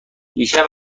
دیشب